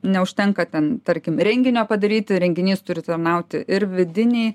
neužtenka ten tarkim renginio padaryti renginys turi tarnauti ir vidinei